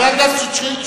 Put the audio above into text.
רק מאיר שטרית,